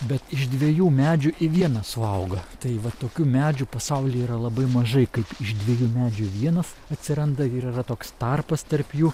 bet iš dviejų medžių į vieną suauga tai va tokių medžių pasaulyje yra labai mažai kaip iš dviejų medžių vienas atsiranda ir yra toks tarpas tarp jų